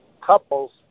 couples